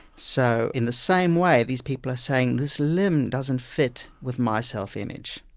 so in the same way, these people are saying, this limb doesn't fit with my self-image.